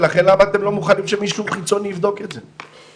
ולכן למה אתם לא מוכנים שמישהו חיצוני יבדוק את זה?